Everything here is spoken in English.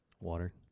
Water